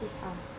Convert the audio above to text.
this course